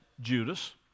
Judas